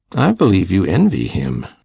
i believe you envy him.